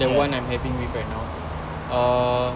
the one I'm having with right now err